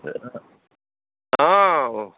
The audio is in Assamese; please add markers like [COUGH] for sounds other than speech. [UNINTELLIGIBLE] অঁ